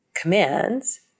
commands